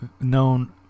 known